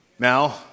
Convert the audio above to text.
Now